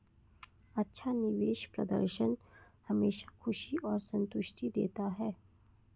अच्छा निवेश प्रदर्शन हमेशा खुशी और संतुष्टि देता है